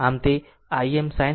આમ તે Im sinθ છે